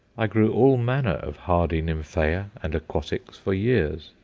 i grew all manner of hardy nymphaea and aquatics for years,